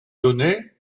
données